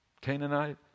Canaanite